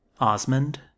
Osmond